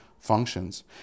Functions